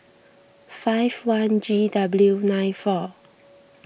five one G W nine four